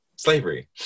Slavery